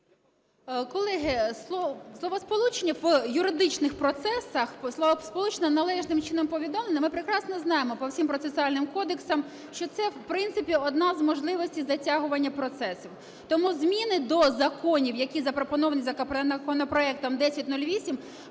Колеги, словосполучення "в юридичних процесах", словосполучення "належним чином повідомлений", ми прекрасно знаємо по всім процесуальним кодексам, що це, в принципі, одна з можливостей затягування процесів. Тому зміни до законів, які запропоновані законопроектом 1008,